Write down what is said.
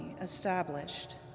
established